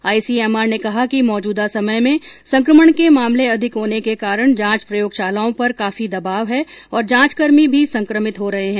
ICMR ने कहा कि मौजुदा समय में संकमण के मामले अधिक होने के कारण जांच प्रयोगशालाओं पर काफी दबाव है और जांचकर्मी भी संक्रमित हो रहे हैं